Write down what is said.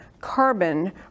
carbon